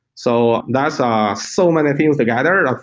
so that's um so many things together,